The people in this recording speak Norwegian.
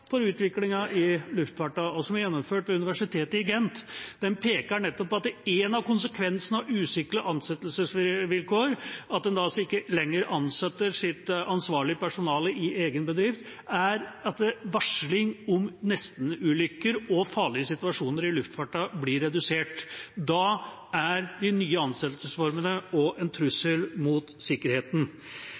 gjennomført ved Universitetet i Gent, peker nettopp på at en av konsekvensene av usikre ansettelsesvilkår, altså at en ikke lenger ansetter ansvarlig personale i egen bedrift, er at varsling om nestenulykker og farlige situasjoner i luftfarten blir redusert. Da er de nye ansettelsesformene også en trussel mot sikkerheten.